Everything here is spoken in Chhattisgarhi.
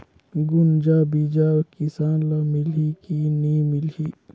गुनजा बिजा किसान ल मिलही की नी मिलही?